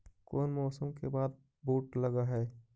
कोन मौसम के बाद बुट लग है?